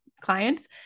clients